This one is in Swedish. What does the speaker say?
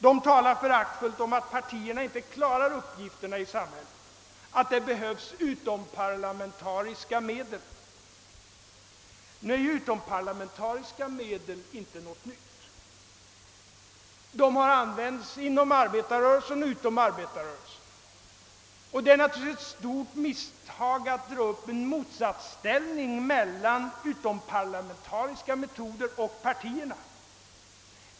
De talar föraktfullt om att partierna inte klarar uppgifterna i samhället och att det därför behövs utomparlamentariska medel. Men sådana medel är inte något nytt. De har använts tidigare både inom och utom arbetarrörelsen. Och det är ett stort misstag att dra upp en motsatsställning mellan utomparlamentariska metoder och partierna.